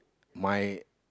my